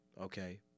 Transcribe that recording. okay